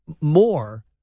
more